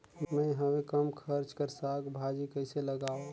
मैं हवे कम खर्च कर साग भाजी कइसे लगाव?